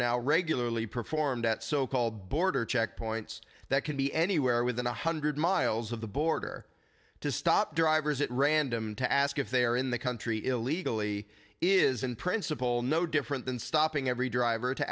now regularly performed at so called border checkpoints that can be anywhere within one hundred miles of the border to stop drivers at random to ask if they are in the country illegally is in principle no different than stopping every driver to